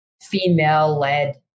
female-led